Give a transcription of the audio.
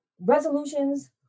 resolutions